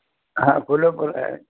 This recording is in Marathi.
हां खुलं पण आहे